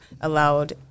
allowed